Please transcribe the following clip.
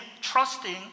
trusting